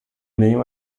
nenhuma